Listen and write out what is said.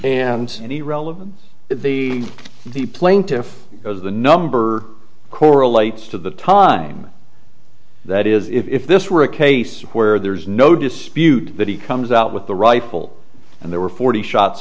and any relevance that the the plaintiff has the number correlates to the time that is if this were a case where there is no dispute that he comes out with the rifle and there were forty shots